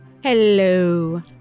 Hello